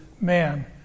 man